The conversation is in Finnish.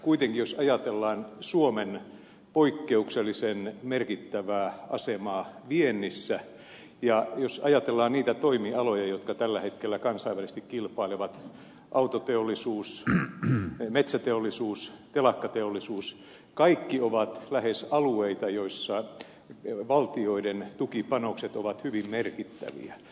kuitenkin jos ajatellaan suomen poikkeuksellisen merkittävää asemaa viennissä ja jos ajatellaan niitä toimialoja jotka tällä hetkellä kansainvälisesti kilpailevat autoteollisuus metsäteollisuus telakkateollisuus lähes kaikki ovat alueita joilla valtioiden tukipanokset ovat hyvin merkittäviä